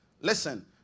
listen